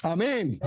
Amen